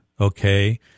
okay